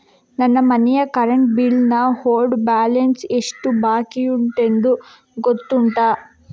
ನನ್ನ ಮನೆಯ current bill ನ ಓಲ್ಡ್ ಬ್ಯಾಲೆನ್ಸ್ ಎಷ್ಟು ಬಾಕಿಯುಂಟೆಂದು ಗೊತ್ತುಂಟ?